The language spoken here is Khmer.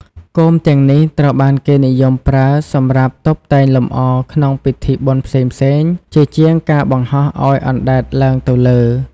គោមទាំងនេះត្រូវបានគេនិយមប្រើសម្រាប់តុបតែងលម្អក្នុងពិធីបុណ្យផ្សេងៗជាជាងការបង្ហោះឲ្យអណ្តែតឡើងទៅលើ។